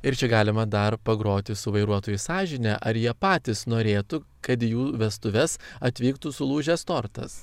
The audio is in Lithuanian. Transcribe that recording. ir čia galima dar pagroti su vairuotojų sąžine ar jie patys norėtų kad į jų vestuves atvyktų sulūžęs tortas